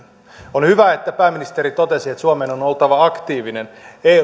on hyvä että pääministeri totesi että suomen on oltava aktiivinen